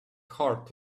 heart